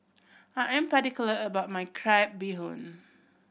I am particular about my crab bee hoon